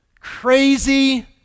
crazy